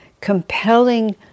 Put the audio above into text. compelling